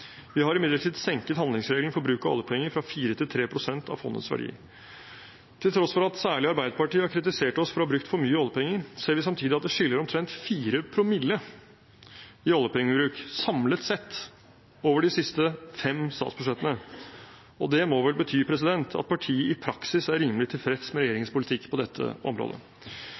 Vi har imidlertid senket handlingsregelen for bruk av oljepenger fra 4 pst. til 3 pst. av fondets verdi. Til tross for at særlig Arbeiderpartiet har kritisert oss for å ha brukt for mye oljepenger, ser vi samtidig at det skiller omtrent 4 promille i oljepengebruk samlet sett over de siste fem statsbudsjettene. Det må vel bety at partiet i praksis er rimelig tilfreds med regjeringens politikk på dette området.